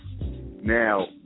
Now